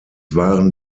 waren